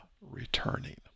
returning